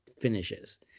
finishes